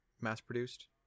mass-produced